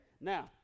Now